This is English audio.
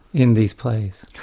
in these plays'.